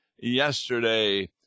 Yesterday